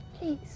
Please